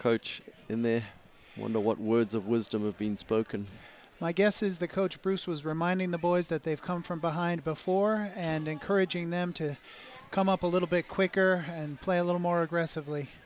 coach in there when the what words of wisdom have been spoken my guess is the coach bruce was reminding the boys that they've come from behind before and encouraging them to come up a little bit quicker and play a little more aggressively